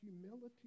humility